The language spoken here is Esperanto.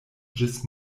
ĝis